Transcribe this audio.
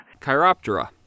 Chiroptera